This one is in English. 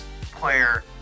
player